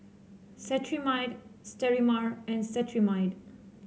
Cetrimide Sterimar and Cetrimide